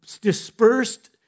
dispersed